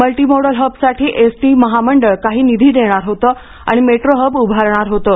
multi modal हबसाठी S T महामंडळ काही निधी देणार होतं आणि मेट्रो हब उभारणार होतं